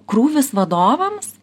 krūvis vadovams